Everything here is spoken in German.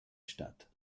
statt